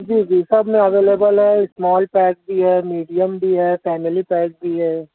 جی جی سب میں اویلیبل ہے اسمال پیک بھی ہے میڈیم بھی ہے فیملی پیک بھی ہے